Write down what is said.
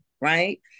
right